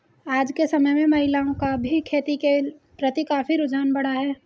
आज के समय में महिलाओं का भी खेती के प्रति काफी रुझान बढ़ा है